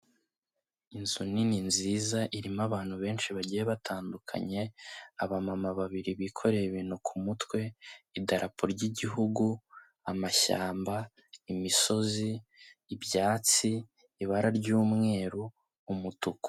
Inzu nini nziza, irimo abantu benshi bagiye batandukanye, abamama babiri bikoreye ibintu ku mutwe, idarapo ry'igihugu, amashyamba, imisozi, ibyatsi, ibara ry'umweru, umutuku.